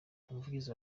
umuvugizi